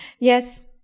yes